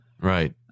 Right